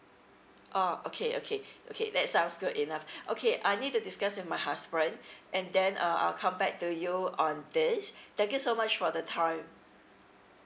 oh okay okay okay that sounds good enough okay I need to discuss with my husband and then uh I will come back to you on this thank you so much for the time